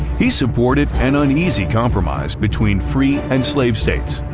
he supported an uneasy compromise between free and slave states,